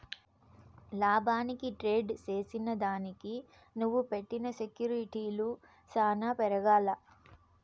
లాభానికి ట్రేడ్ చేసిదానికి నువ్వు పెట్టిన సెక్యూర్టీలు సాన పెరగాల్ల